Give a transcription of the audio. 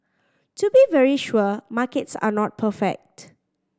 to be very sure markets are not perfect